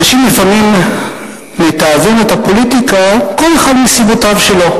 אנשים לפעמים מתעבים את הפוליטיקה כל אחד מסיבותיו שלו.